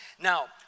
Now